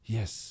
Yes